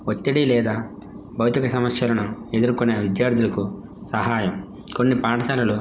ఒత్తిడి లేదా భౌతిక సమస్యలను ఎదుర్కొనే విద్యార్థులకు సహాయం కొన్ని పాఠశాలలు